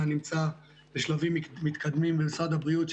נמצא בשלבים מתקדמים במשרד הבריאות.